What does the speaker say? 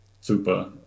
super